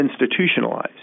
institutionalized